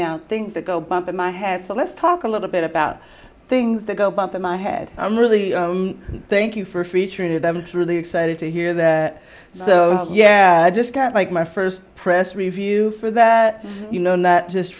now things that go bump in my head so let's talk a little bit about things that go bump in my head i'm really thank you for free trade and i'm truly excited to hear that so yeah i just got like my first press review for that you know and that just